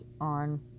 on